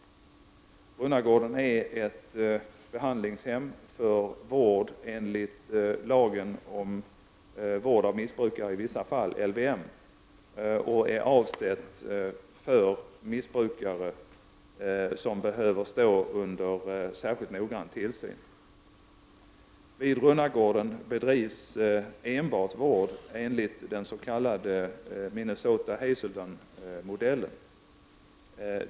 Runnagården är ett behandlingshem för vård enligt lagen om vård av missbrukare i vissa fall och är avsett för missbrukare som behöver stå under särskilt noggrann tillsyn. Vid Runnagården bedrivs enbart vård enligt den s.k. Minnesota Hazellden-modellen.